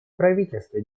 правительство